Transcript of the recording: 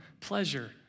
pleasure